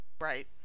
Right